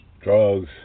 drugs